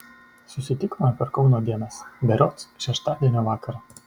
susitikome per kauno dienas berods šeštadienio vakarą